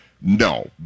No